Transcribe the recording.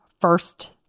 first